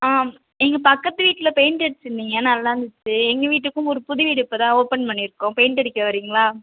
ஆ எங்கள் பக்கத்து வீட்டில் பெயிண்ட் அடிச்சுருந்தீங்க நல்லா இருந்துச்சு எங்கள் வீட்டுக்கும் ஒரு புது வீடு இப்போ தான் ஓப்பன் பண்ணியிருக்கோம் பெயிண்ட் அடிக்க வர்கிறீங்ளா